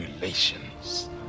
relations